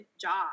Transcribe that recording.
job